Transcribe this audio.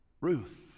Ruth